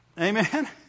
amen